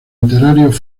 literarios